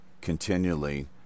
continually